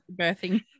birthing